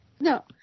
No